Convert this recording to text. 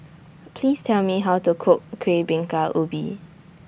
Please Tell Me How to Cook Kueh Bingka Ubi